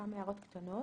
כמה הערות קצרות.